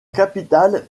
capitale